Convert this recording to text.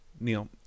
Neil